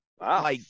Wow